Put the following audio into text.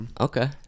Okay